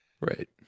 right